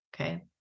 okay